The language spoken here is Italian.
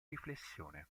riflessione